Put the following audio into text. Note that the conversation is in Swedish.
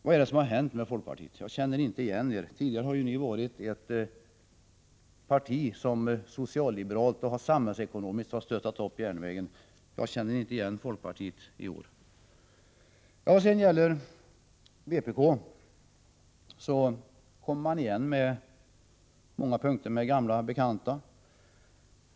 Vad är det som har hänt med folkpartiet? Tidigare har ni ju varit ett parti som socialliberalt och samhällsekonomiskt stöttat järnvägen. Jag känner inte igen folkpartiet i år. Vad sedan gäller vpk så kommer man i år på många punkter igen med gamla bekanta förslag.